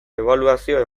ebaluazio